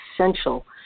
essential